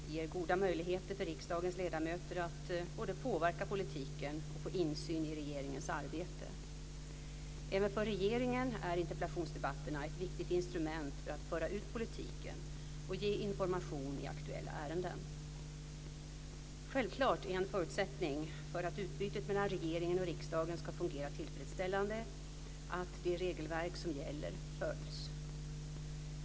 Det ger goda möjligheter för riksdagens ledamöter att både påverka politiken och få insyn i regeringens arbete. Även för regeringen är interpellationsdebatterna ett viktigt instrument för att föra ut politiken och ge information i aktuella ärenden. Självklart är en förutsättning för att utbytet mellan regeringen och riksdagen ska fungera tillfredsställande att de regelverk som gäller följs.